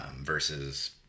versus